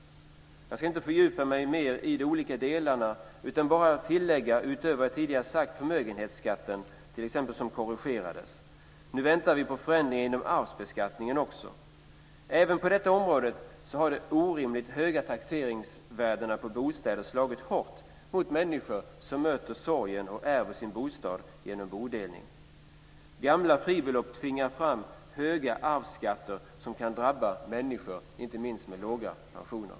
Jag ska inte fördjupa mig mer i de olika delarna utan bara tillägga utöver vad jag tidigare sagt, t.ex. förmögenhetsskatten som korrigerades. Nu väntar vi på förändringar inom arvsbeskattningen också. Även på detta område har de orimligt höga taxeringsvärdena på bostäder slagit hårt mot människor som möter sorgen och ärver sin bostad genom bodelning. Gamla fribelopp tvingar fram höga arvsskatter som kan drabba inte minst människor med låga pensioner.